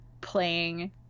playing